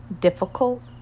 difficult